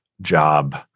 job